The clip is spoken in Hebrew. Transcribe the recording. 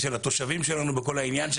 של התושבים שלנו וכל העניין,